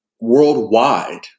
worldwide